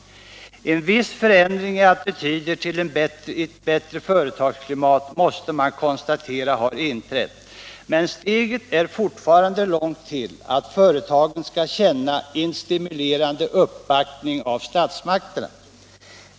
En viss förändring i attityden i riktning mot ett bättre företagsklimat kan vi konstatera har inträtt, men steget är fortfarande långt till att företagen skall känna en stimulerande uppbackning från statsmakterna.